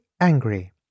angry